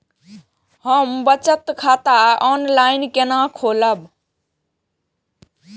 हम बचत खाता ऑनलाइन केना खोलैब?